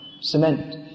cement